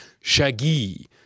shaggy